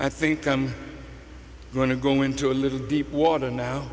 i think i'm going to go into a little deep water now